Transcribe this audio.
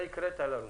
הקראת לנו.